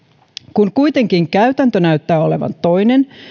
kun kuitenkin käytäntö näyttää olevan toinen